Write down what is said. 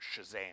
Shazam